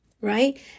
right